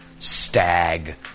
stag